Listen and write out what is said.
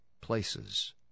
places